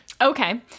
Okay